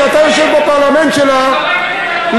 שאתה יושב בפרלמנט שלה,